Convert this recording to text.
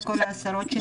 את כל העשרות שנדבקו מהם.